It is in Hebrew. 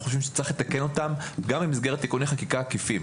חושבים שצריך לתקן אותם גם במסגרת תיקוני חקיקה עקיפים